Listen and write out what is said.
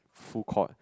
full court